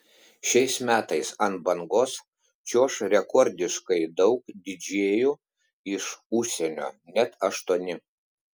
šiais metais ant bangos čiuoš rekordiškai daug didžėjų iš užsienio net aštuoni